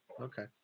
okay